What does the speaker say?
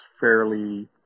fairly